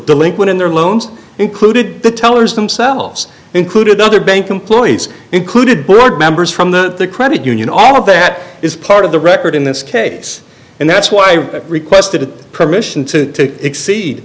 when in their loans included the tellers themselves included other bank employees included board members from the credit union all of that is part of the record in this case and that's why i requested permission to exceed